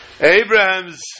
Abraham's